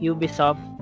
Ubisoft